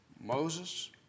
Moses